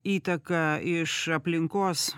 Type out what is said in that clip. įtaka iš aplinkos